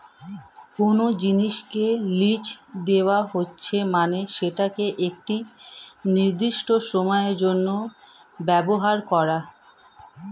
কোনো জিনিসকে লীজ দেওয়া হচ্ছে মানে সেটাকে একটি নির্দিষ্ট সময়ের জন্য ব্যবহার করা